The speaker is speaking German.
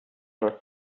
sonne